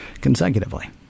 consecutively